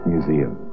Museum